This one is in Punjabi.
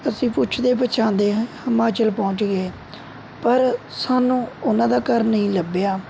ਅਸੀਂ ਪੁੱਛਦੇ ਪੁੱਛਾਂਦਿਆਂ ਹਿਮਾਚਲ ਪਹੁੰਚ ਗਏ ਪਰ ਸਾਨੂੰ ਉਹਨਾਂ ਦਾ ਘਰ ਨਹੀਂ ਲੱਭਿਆ